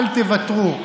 אל תוותרו.